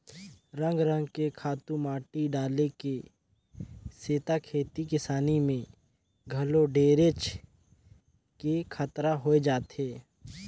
रंग रंग के खातू माटी डाले के सेथा खेती किसानी में घलो ढेरेच के खतरा होय जाथे